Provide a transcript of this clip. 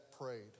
Prayed